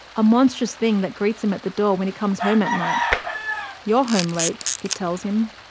a monstrous thing that greets him at the door when he comes home at night you're home late, it tells him.